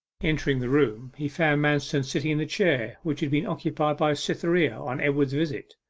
entering the room, he found manston sitting in the chair which had been occupied by cytherea on edward's visit,